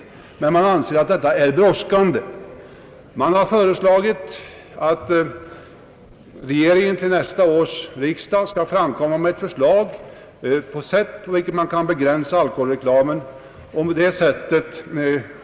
Ärendet är emellertid brådskande, och utskottet har hemställt att riksdagen till nästa år skall begära ett förslag från regeringen rörande ett sätt på vilket alkoholreklamen kan begränsas.